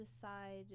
decide